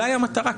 אולי זאת המטרה.